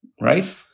right